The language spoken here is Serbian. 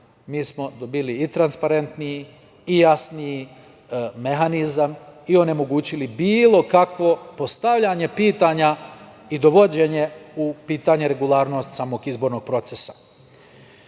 Mi smo dobili i transparentni i jasniji mehanizam i onemogućili bili kakvo postavljanje pitanja i dovođenje u pitanje regularnosti samog izbornog procesa. Takođe,